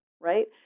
right